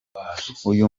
uyu